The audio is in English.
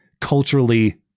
culturally